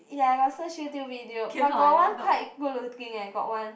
ya I got search YouTube video but got one quite good looking eh got one